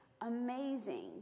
amazing